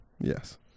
yes